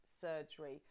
surgery